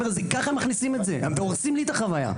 ככה מכניסים את זה, אתם הורסים לי את החוויה.